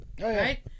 right